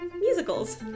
musicals